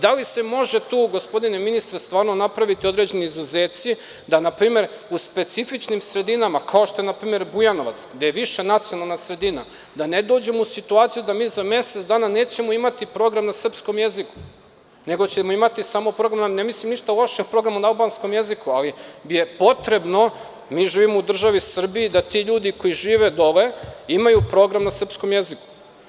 Da li se može tu, gospodine ministre, stvarno napraviti određeni izuzeci, da npr. u specifičnim sredinama, kao što je Bujanovac, gde je više nacionalna sredina, da ne dođemo u situaciju da mi za mesec dana nećemo imati program na srpskom jeziku, nego ćemo imati samo program, a ne mislim ništa loše o programu na albanskom jeziku, ali je potrebno, mi živimo u državi Srbiji, da ti ljudi koji žive dole imaju program na srpskom jeziku.